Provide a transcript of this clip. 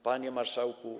Panie Marszałku!